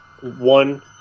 one